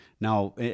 Now